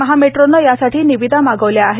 महामेट्रोने यासाठी निविदा मागविल्या आहेत